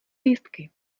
lístky